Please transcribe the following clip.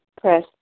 press